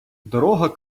дорога